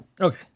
Okay